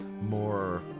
more